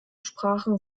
sprachen